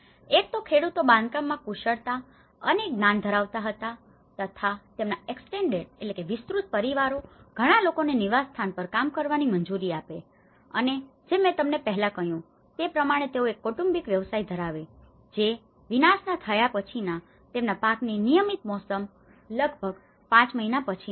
એક તો ખેડુતો બાંધકામમાં કુશળતા અને જ્ઞાન ધરાવતા હત તથા તેમના એક્સટેન્ડેડ extended વિસ્તૃત પરિવારો ઘણા લોકોને નિવાસસ્થાન પર કામ કરવાની મંજૂરી આપે છે અને મેં તમને પહેલા કહ્યું હતું તે પ્રમાણે તેઓ એક કૌટુંબિક વ્યવસાય ધરાવે છે જે વિનાશના થયાં પછીના તેમના પાકની નિયમિત મોસમ લગભગ 5 મહિના પછીની હતી